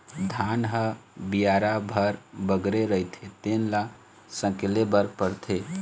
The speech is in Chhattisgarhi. धान ह बियारा भर बगरे रहिथे तेन ल सकेले बर परथे